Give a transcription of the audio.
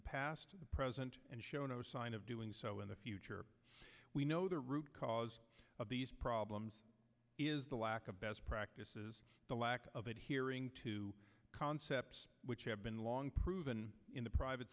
the past present and show no sign of doing so in the future we know the root cause of these problems is the lack of best practices the lack of adhering to concepts which have been long proven in the private